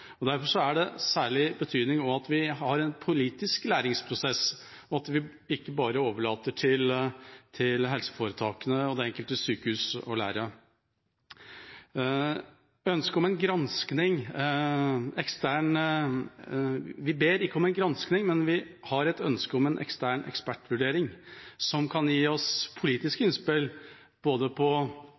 Derfor er det av særlig betydning nå at vi har en politisk læringsprosess, og at vi ikke bare overlater til helseforetakene og det enkelte sykehus å lære. Vi ber ikke om en gransking, men vi har et ønske om en ekstern ekspertvurdering som kan gi oss politiske innspill